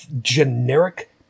generic